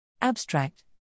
Abstract